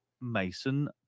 Mason